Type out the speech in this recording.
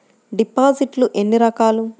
డిపాజిట్లు ఎన్ని రకాలు?